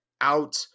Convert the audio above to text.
out